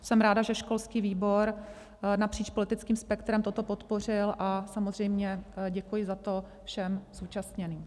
Jsem ráda, že školský výbor napříč politickým spektrem toto podpořil, a samozřejmě děkuji za to všem zúčastněným.